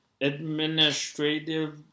administrative